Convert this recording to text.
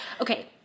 okay